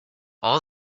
all